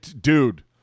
Dude